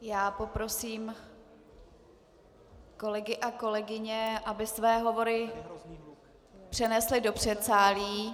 Já poprosím kolegy a kolegyně, aby své hovory přenesly do předsálí.